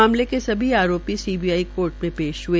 मामले के सभी आरोपी सीबीआई कोर्ट में पेश हए